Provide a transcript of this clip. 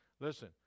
Listen